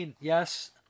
yes